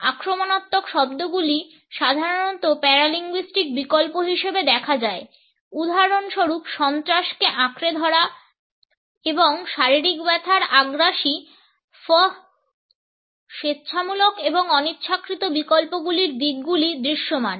আক্রমণাত্মক শব্দগুলি সাধারণত প্যারালিঙ্গুইস্টিক বিকল্প হিসাবে দেখা যায় উদাহরণস্বরূপ সন্ত্রাসকে আঁকড়ে ধরা এবং শারীরিক ব্যথার আগ্রাসী fff স্বেচ্ছামূলক এবং অনিচ্ছাকৃত বিকল্পগুলির দিকগুলি দৃশ্যমান